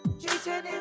Jason